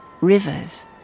rivers